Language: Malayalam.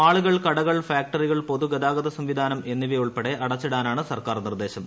മാളുകൾ കടകൾ ഫാക്ടറികൾ പൊതുഗതാഗത സംവിധാനം എന്നിവയുൾപ്പട്ടെ അടച്ചിടാനാണ് സർക്കാർ നിർദേശം